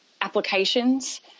applications